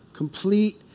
Complete